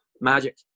magic